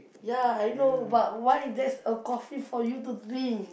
ya I know but why there's a coffee for you to drink